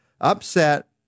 upset